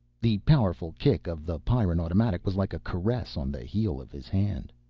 the powerful kick of the pyrran automatic was like a caress on the heel of his hand.